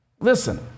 Listen